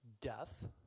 death